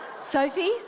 Sophie